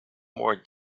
more